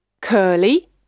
Curly